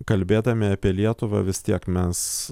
kalbėdami apie lietuvą vis tiek mes